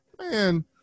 Man